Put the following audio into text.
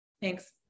Thanks